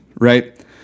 right